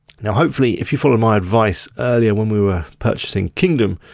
now hopefully if you followed my advice earlier when we were purchasing kingdom,